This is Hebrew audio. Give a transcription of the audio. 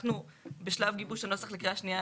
אנחנו בשלב גיבוש הנוסח לקריאה השנייה